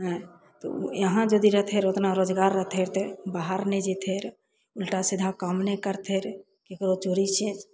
नहि तऽ यहाँ यदि रहितय रऽ उतना रोजगार रहिते रऽ तऽ बाहर नहि जइतय उलटा सीधा काम नहि करतय रऽ ककरो चोरी छै